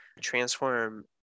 transform